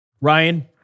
Ryan